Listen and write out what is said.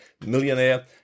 Millionaire